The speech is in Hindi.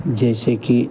जैसे कि